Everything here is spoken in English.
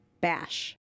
bash